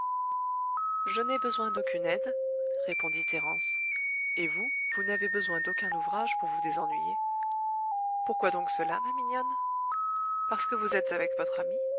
je n'ai besoin d'aucune aide répondit thérence et vous vous n'avez besoin d'aucun ouvrage pour vous désennuyer pourquoi donc cela ma mignonne parce que vous êtes avec votre ami